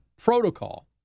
protocol